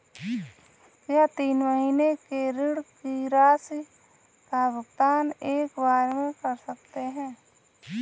क्या तीन महीने के ऋण की राशि का भुगतान एक बार में कर सकते हैं?